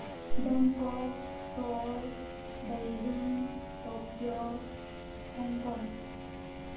Bangkok Seoul Beijing Tokyo Hong Kong